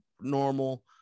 normal